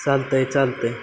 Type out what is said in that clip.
चालत आहे चालत आहे